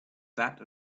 that